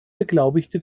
beglaubigte